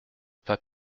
pas